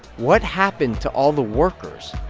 what happened to all the workers?